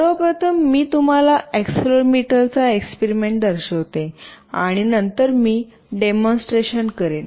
सर्वप्रथम मी तुम्हाला एक्सेलेरोमीटर चा एक्सपेरिमेंट दर्शवितो आणि नंतर मी डिमॉन्स्ट्रेशन करीन